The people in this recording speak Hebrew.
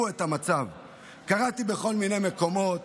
קראתי בכל מיני מקומות